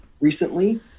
recently